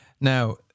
now